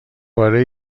پاره